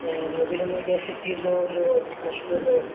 مدھوبنی کی ایسی چیز ہو جو مشہور ہو